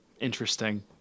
interesting